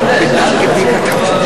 אני מסכים עם חבר הכנסת וקנין.